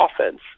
offense